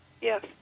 Yes